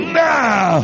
now